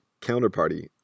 Counterparty